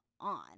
on